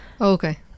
Okay